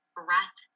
breath